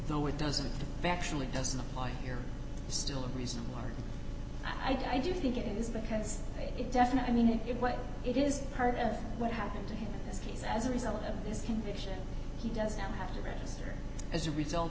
no it doesn't actually doesn't apply here still a reason i do think it is because it definitely make it what it is part of what happened to him and his case as a result of his conviction he doesn't have to register as a result